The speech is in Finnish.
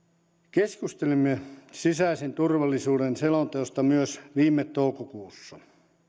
keskustelimme sisäisen turvallisuuden selonteosta myös viime toukokuussa